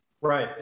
Right